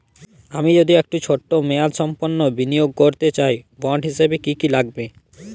আমি যদি একটু ছোট মেয়াদসম্পন্ন বিনিয়োগ করতে চাই বন্ড হিসেবে কী কী লাগবে?